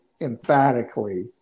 emphatically